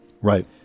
right